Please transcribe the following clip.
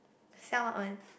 sell what one